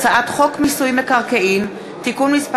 הצעת חוק מיסוי מקרקעין (תיקון מס'